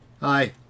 Hi